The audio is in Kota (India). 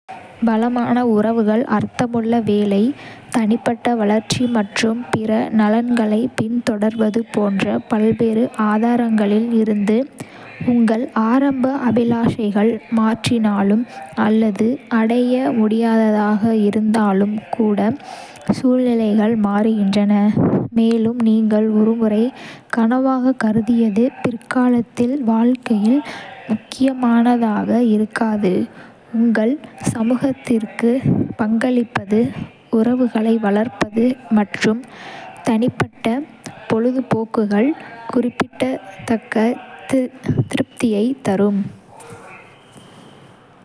பலமான உறவுகள், அர்த்தமுள்ள வேலை, தனிப்பட்ட வளர்ச்சி மற்றும் பிற நலன்களைப் பின்தொடர்வது போன்ற பல்வேறு ஆதாரங்களில் இருந்து உங்கள் ஆரம்ப அபிலாஷைகள் மாறினாலும் அல்லது அடைய முடியாததாக இருந்தாலும் கூட. சூழ்நிலைகள் மாறுகின்றன, மேலும் நீங்கள் ஒருமுறை கனவாகக் கருதியது பிற்காலத்தில் வாழ்க்கையில் முக்கியமானதாக இருக்காது. உங்கள் சமூகத்திற்குப் பங்களிப்பது, உறவுகளை வளர்ப்பது மற்றும் தனிப்பட்ட பொழுதுபோக்குகள் குறிப்பிடத்தக்க திருப்தியைத் தரும்.